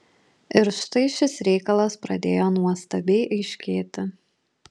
ir štai šis reikalas pradėjo nuostabiai aiškėti